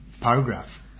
paragraph